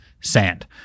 sand